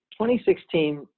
2016